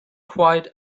quite